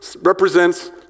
represents